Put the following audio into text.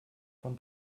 von